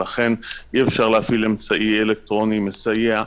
לכן אי אפשר להפעיל אמצעי אלקטרוני מסייע.